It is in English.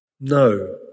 No